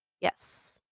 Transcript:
Yes